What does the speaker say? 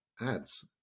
ads